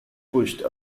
pushed